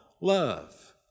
love